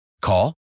Call